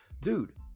dude